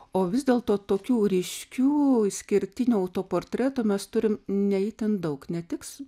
o vis dėlto tokių ryškių išskirtinių autoportretų mes turim ne itin daug netiks